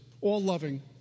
All-loving